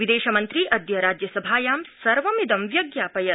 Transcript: विदेशमन्त्री अद्य राज्यसभायां सर्वमिदम् व्यज्ञापयत्